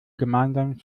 gemeinsam